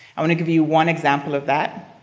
i want to give you one example of that.